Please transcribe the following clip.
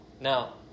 Now